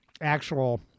actual